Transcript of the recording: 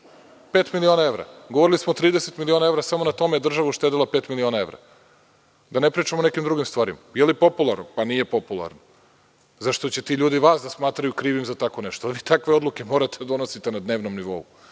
miliona evra. Govorili smo 30 miliona evra samo na tome je država uštedela pet miliona evra, da ne pričamo o nekim drugim stvarima. Je li popularno? Pa nije popularno. Zato što će ti ljudi vas da smatraju krivim za tako nešto, ali takve odluke morate da donosite na dnevnom nivou.